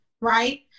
right